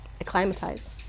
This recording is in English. acclimatize